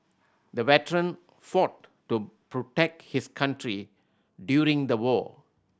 the veteran fought to protect his country during the war